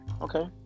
okay